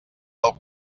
del